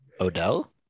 Odell